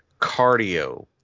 cardio